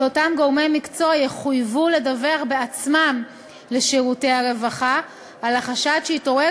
כי אותם גורמי מקצוע יחויבו לדווח בעצמם לשירותי הרווחה על החשד שהתעורר